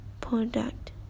product